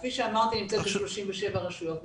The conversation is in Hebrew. כפי שאמרתי היא נמצאת ב-37 רשויות מקומיות.